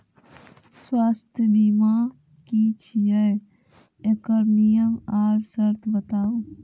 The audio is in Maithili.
स्वास्थ्य बीमा की छियै? एकरऽ नियम आर सर्त बताऊ?